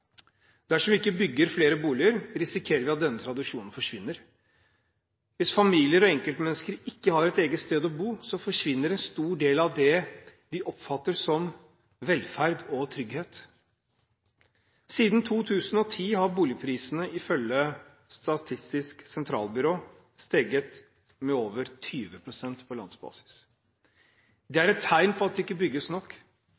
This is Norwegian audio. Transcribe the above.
Dersom vi ikke bygger flere boliger, risikerer vi at denne tradisjonen forsvinner. Hvis familier og enkeltmennesker ikke har et eget sted å bo, forsvinner en stor del av det de oppfatter som velferd og trygghet. Siden 2010 har boligprisene, ifølge Statistisk sentralbyrå, steget med over 20 pst. på landsbasis. Det